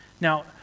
now